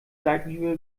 seitenhiebe